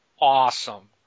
awesome